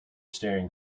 staring